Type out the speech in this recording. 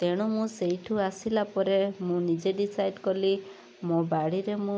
ତେଣୁ ମୁଁ ସେଇଠୁ ଆସିଲା ପରେ ମୁଁ ନିଜେ ଡିସାଇଡ଼୍ କଲି ମୋ ବାଡ଼ିରେ ମୁଁ